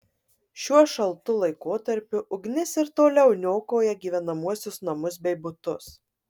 šiuo šaltu laikotarpiu ugnis ir toliau niokoja gyvenamuosius namus bei butus